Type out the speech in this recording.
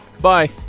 bye